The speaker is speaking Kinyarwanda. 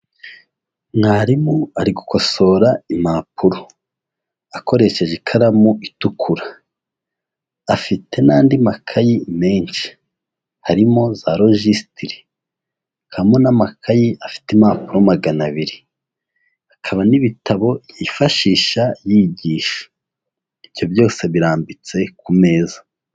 Mwarimu ari gukosora impapuro, akoresheje ikaramu itukura, afite n'andi makayi menshi, harimo za logisitiri, hakamo n'amakayi afite impapuro magana abiri, hakaba n'ibitabo yifashisha yigisha. Ibyo byose birambitse ku meza.